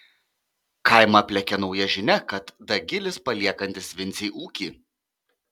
kaimą aplėkė nauja žinia kad dagilis paliekantis vincei ūkį